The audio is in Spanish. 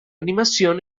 animación